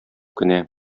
кенә